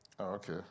okay